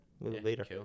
later